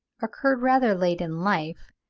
occurred rather late in life,